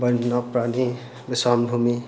বন্যপ্ৰাণী বিচৰণ ভূমি